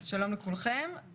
שלום לכולכם.